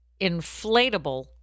inflatable